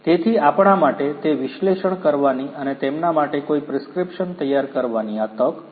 તેથી આપણા માટે તે વિશ્લેષણ કરવાની અને તેમના માટે કોઈ પ્રિસ્ક્રિપ્શન તૈયાર કરવાની આ તક છે